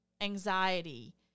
anxiety